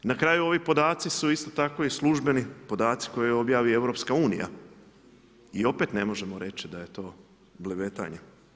Na kraju ovi podaci su isto tako i službeni podaci koje objavi EU i opet ne možemo reći da je to blebetanje.